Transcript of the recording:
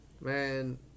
Man